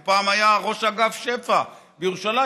הוא היה פעם ראש אגף שפ"ע בירושלים.